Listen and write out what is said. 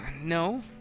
No